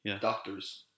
doctors